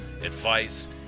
advice